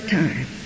time